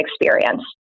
experience